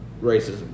racism